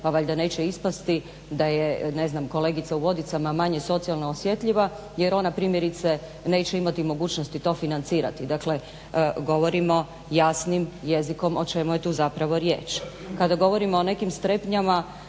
pa valjda neće ispasti da je kolegica u Vodicama manje socijalno osjetljiva jer ona primjerice neće imati mogućnosti to financirati. Dakle govorimo jasnim jezikom o čemu je tu zapravo riječ. Kada govorimo o nekim strepnjama